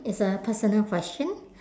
it's a personal question